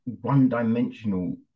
one-dimensional